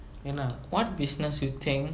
ya lah what business you think